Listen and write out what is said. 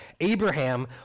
Abraham